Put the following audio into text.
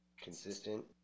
Consistent